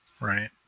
right